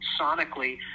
sonically